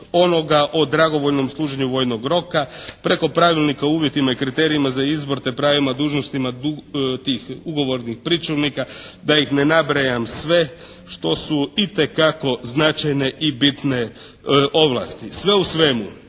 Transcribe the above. onoga o dragovoljnom služenju vojnog roka preko pravilnika o uvjetima i kriterijima za izbor te pravima i dužnostima tih ugovornih pričuvnika da ih ne nabrajam sve što su itekako značajne i bitne ovlasti. Sve u svemu,